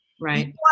Right